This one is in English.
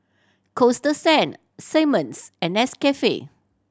Coasta Sand Simmons and Nescafe